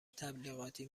تبلیغاتی